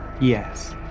Yes